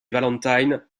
valentine